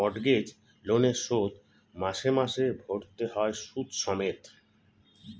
mortgage লোনের শোধ মাসে মাসে ভরতে হয় সুদ সমেত